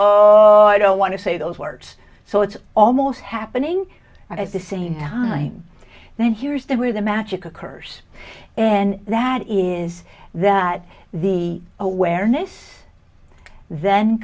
oh i don't want to say those words so it's almost happening at the same time and interested where the magic occurs and that is that the awareness then